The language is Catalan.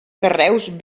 carreus